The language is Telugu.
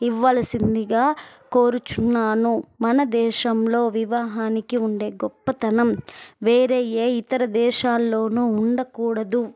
ఇవ్వలిసిందిగా కోరుచున్నాను మన దేశంలో వివాహానికి ఉండే గొప్పతనం వేరే ఏ ఇతర దేశాల్లోనూ ఉండకూడదు